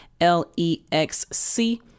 L-E-X-C